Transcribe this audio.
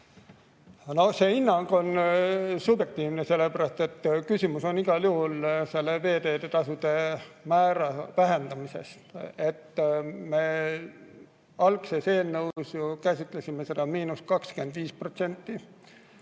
See hinnang on subjektiivne, sellepärast et küsimus on igal juhul veeteetasude määra vähendamises. Me algses eelnõus ju käsitlesime seda –25%,